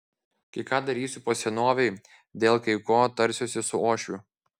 kai ką darysiu po senovei dėl kai ko tarsiuosi su uošviu